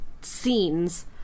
scenes